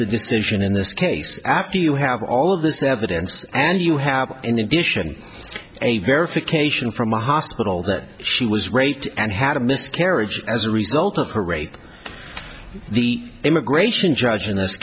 the decision in this case after you have all of this evidence and you have in addition a verification from the hospital that she was raped and had a miscarriage as a result of her rape the immigration judg